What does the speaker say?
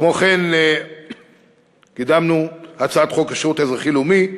כמו כן קידמנו הצעת חוק השירות האזרחי הלאומי,